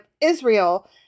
Israel